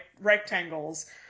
rectangles